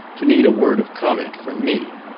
to need a word of comment from me.